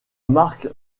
marque